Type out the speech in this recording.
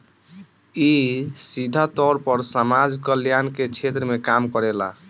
इ सीधा तौर पर समाज कल्याण के क्षेत्र में काम करेला